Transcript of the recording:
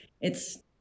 it's-